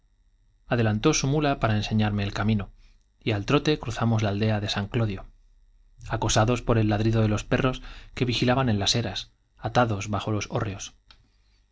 adelantó su mula para enseñarme el camino y al trote cruzamos la aldea de san clodio acosados por el ladrido de los perros que vigilaban en las eras atados bajo los hórreos